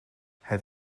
het